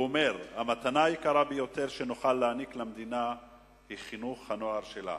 הוא אומר: המתנה היקרה ביותר שנוכל להעניק למדינה היא חינוך הנוער שלה.